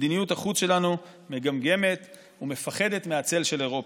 מדיניות החוץ שלנו מגמגמת ומפחדת מהצל של אירופה.